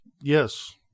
yes